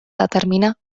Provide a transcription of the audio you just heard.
determinar